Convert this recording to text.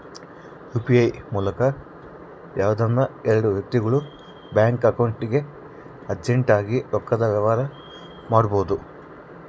UPI ಮೂಲಕ ಯಾವ್ದನ ಎಲ್ಡು ವ್ಯಕ್ತಿಗುಳು ಬ್ಯಾಂಕ್ ಅಕೌಂಟ್ಗೆ ಅರ್ಜೆಂಟ್ ಆಗಿ ರೊಕ್ಕದ ವ್ಯವಹಾರ ಮಾಡ್ಬೋದು